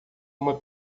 uma